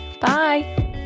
Bye